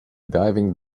diving